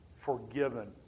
Forgiven